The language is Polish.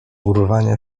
urwania